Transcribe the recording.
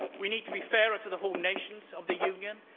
we need to be fairer to the home nations of the union.